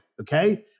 okay